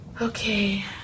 okay